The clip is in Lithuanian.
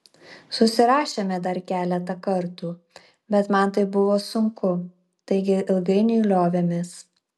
susirašėme dar keletą kartų bet man tai buvo sunku taigi ilgainiui liovėmės